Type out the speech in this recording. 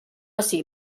ací